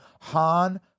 Han